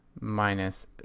minus